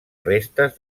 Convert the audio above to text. restes